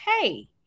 hey